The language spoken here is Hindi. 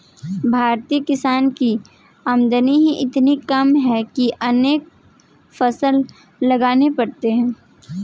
भारतीय किसानों की आमदनी ही इतनी कम है कि अनेक फसल लगाने पड़ते हैं